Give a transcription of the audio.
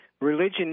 religion